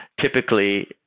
typically